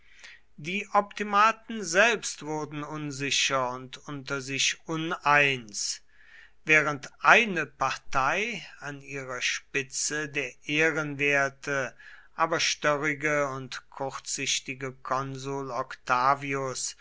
die optimaten selbst wurden unsicher und unter sich uneins während eine partei an ihrer spitze der ehrenwerte aber störrige und kurzsichtige konsul octavius